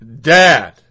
dad